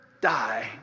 die